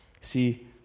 See